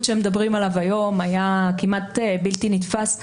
שמדברים עליו היום היה כמעט בלתי נתפס,